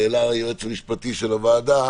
העלה היועץ המשפטי של הוועדה